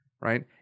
right